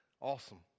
Awesome